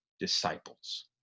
disciples